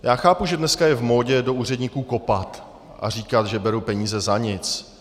Já chápu, že dneska je v módě do úředníků kopat a říkat, že berou peníze za nic.